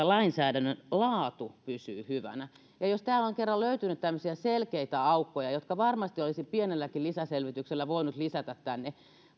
lainsäädännön laatu pysyy hyvänä jos täältä on kerran löytynyt tämmöisiä selkeitä aukkoja jotka varmasti olisi pienelläkin lisäselvityksellä voinut lisätä tänne